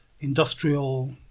industrial